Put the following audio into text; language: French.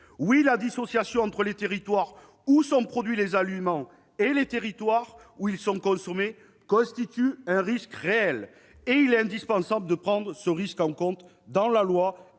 Oui, la dissociation entre les territoires où sont produits les aliments et ceux où ils sont consommés constitue un risque réel. Il est indispensable de le prendre en compte dans la